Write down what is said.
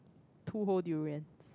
two hole durian